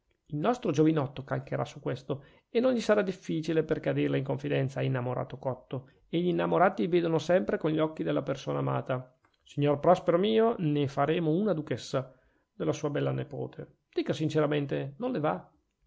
il nostro giovinotto calcherà su questo tasto e non gli sarà difficile perchè a dirla in confidenza è innamorato cotto e gl'innamorati vedono sempre con gli occhi della persona amata signor prospero mio ne faremo una duchessa della sua bella nepote dica sinceramente non le va